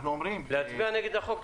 אנחנו אומרים --- להצביע נגד החוק.